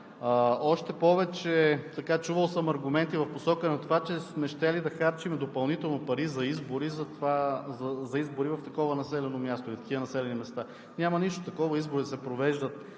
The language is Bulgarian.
Още повече, чувал съм аргументи в посока на това, че сме щели да харчим допълнително пари за избори в такива населени места. Няма нищо такова. Избори се провеждат